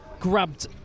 grabbed